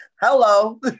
Hello